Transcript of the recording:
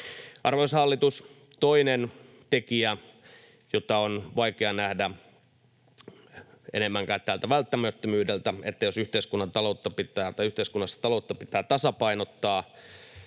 Arvoisa hallitus, toinen tekijä, jota on vaikea nähdä enemmänkään tältä välttämättömyydeltä, on se, että jos yhteiskunnassa taloutta pitää tasapainottaa,